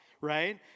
right